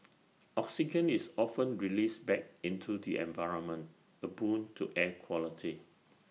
oxygen is often released back into the environment A boon to air quality